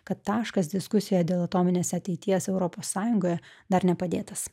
kad taškas diskusija dėl atominės ateities europos sąjungoje dar nepadėtas